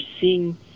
seeing